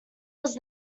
was